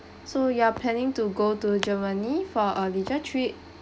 so you are planning to go to germany for a leisure trip